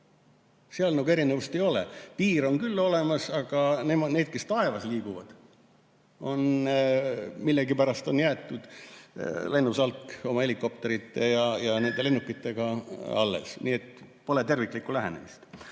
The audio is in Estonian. Seal erinevust ei ole, piir on küll olemas, aga need, kes taevas liiguvad, on millegipärast jäetud oma helikopterite ja lennukitega alles, lennusalk. Nii et pole terviklikku lähenemist.